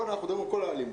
אנחנו מדברים על כל האלימות.